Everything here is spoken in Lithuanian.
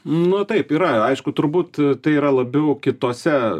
nu taip yra aišku turbūt tai yra labiau kitose